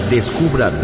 Descubra